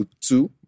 two